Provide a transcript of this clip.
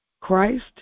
Christ